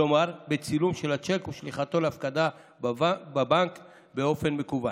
כלומר בצילום של הצ'ק ושליחתו להפקדה בבנק באופן מקוון.